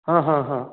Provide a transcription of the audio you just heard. ହଁ ହଁ ହଁ